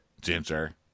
Ginger